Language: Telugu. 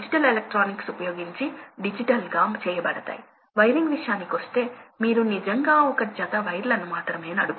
మొదట 100 పరిశీలన ఆధారంగా ఫ్యాన్ సైజ్ తప్పక ఎంచుకోవాలి కాబట్టి ఎంత తక్కువ సమయం వచ్చినా మీరు అలాంటి పరికరాలను ఎంచుకుంటే ఆ డిమాండ్ 100 నెరవేరుతుంది